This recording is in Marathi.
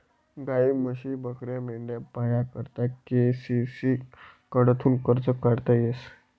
गायी, म्हशी, बकऱ्या, मेंढ्या पाया करता के.सी.सी कडथून कर्ज काढता येस